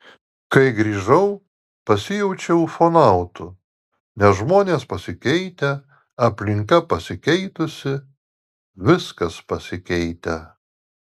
kai grįžau pasijaučiau ufonautu nes žmonės pasikeitę aplinka pasikeitusi viskas pasikeitę